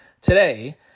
today